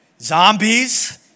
Zombies